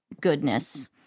goodness